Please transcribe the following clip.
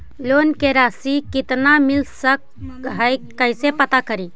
Loan के रासि कितना मिल सक है कैसे पता करी?